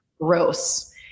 gross